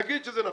נגיד שזה נכון,